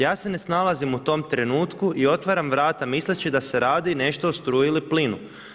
Ja se ne snalazim u tom trenutku i otvaram vrata misleći da se radi nešto o struji ili plinu.